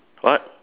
what